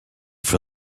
for